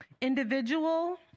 individual